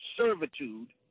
servitude